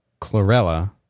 chlorella